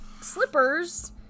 slippers